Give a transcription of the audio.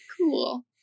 Cool